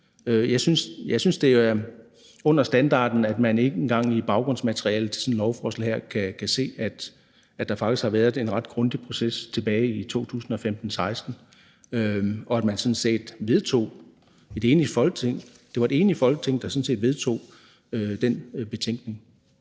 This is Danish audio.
Jeg synes, det er under standarden, at man ikke engang i baggrundsmaterialet til sådan et lovforslag her kan se, at der faktisk har været en ret grundig proces tilbage i 2015/16, og at man sådan set vedtog – det var et enigt Folketing, der vedtog det – den betænkning.